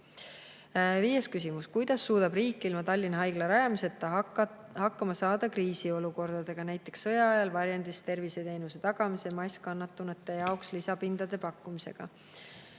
Viies küsimus: "Kuidas suudab riik ilma Tallinna Haigla rajamiseta hakkama saada kriisiolukordadega? Näiteks sõja ajal varjendis terviseteenuse tagamise ja masskannatanute jaoks lisapindade pakkumisega."